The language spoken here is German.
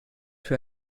für